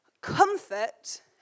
Comfort